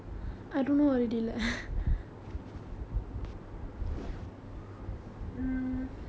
mm so mm வேற என்ன பத்தி பேசலாம் உன் குடும்பத்தை பற்றி சொல்லு:vera enna pathi pesalaam un kudumbatthai patri sollu